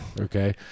Okay